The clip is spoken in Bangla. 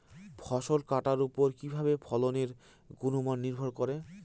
ফসল কাটার উপর কিভাবে ফসলের গুণমান নির্ভর করে?